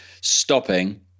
stopping